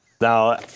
Now